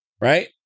right